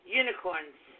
unicorns